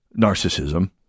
narcissism